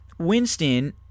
Winston